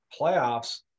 playoffs